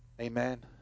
Amen